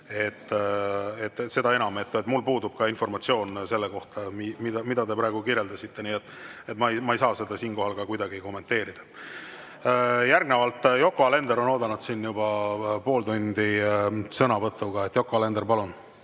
Seda enam, et mul puudub informatsioon selle kohta, mida te praegu kirjeldasite, nii et ma ei saa seda siinkohal kuidagi kommenteerida. Järgnevalt, Yoko Alender on oodanud juba pool tundi sõnavõttu. Yoko Alender, palun!